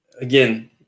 Again